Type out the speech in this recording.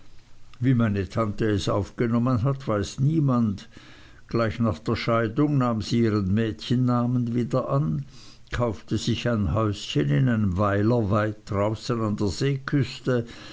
wie meine tante es aufgenommen hat weiß niemand gleich nach der scheidung nahm sie ihren mädchennamen wieder an kaufte sich ein häuschen in einem weiler weit draußen an der